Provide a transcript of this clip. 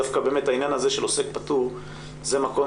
דווקא העניין הזה של עוסק פטור זה מקום